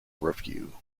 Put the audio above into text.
review